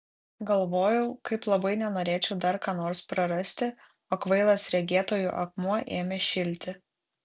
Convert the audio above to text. galvojau kaip labai nenorėčiau dar ką nors prarasti o kvailas regėtojų akmuo ėmė šilti